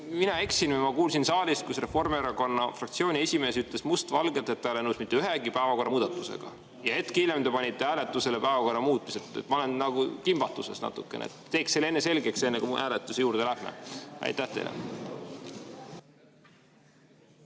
mina eksin või ma kuulsin saalist, et Reformierakonna fraktsiooni esimees ütles mustvalgelt, et ta ei ole nõus mitte ühegi päevakorra muudatusega, ja hetk hiljem te panite hääletusele päevakorra muutmise? Ma olen kimbatuses natukene. Teeks selle selgeks, enne kui me hääletuse juurde lähme. Austatud